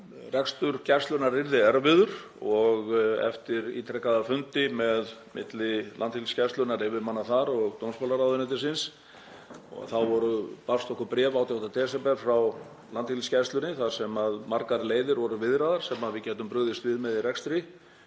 rekstur Gæslunnar yrði erfiður og eftir ítrekaða fundi milli Landhelgisgæslunnar, yfirmanna þar, og dómsmálaráðuneytisins barst okkur bréf 18. desember frá Landhelgisgæslunni þar sem margar leiðir voru viðraðar sem við gætum brugðist við með í rekstri.